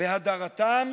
בהדרתם